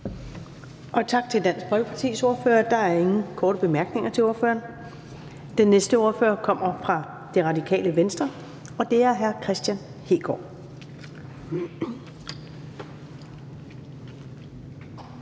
Tak til Dansk Folkepartis ordfører. Der er ingen korte bemærkninger til ordføreren. Den næste ordfører kommer fra Radikale Venstre, og det er hr. Kristian Hegaard.